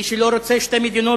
מי שלא רוצה שתי מדינות,